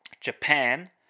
Japan